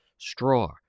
straw